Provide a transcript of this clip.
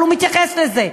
אבל הוא מתייחס לזה.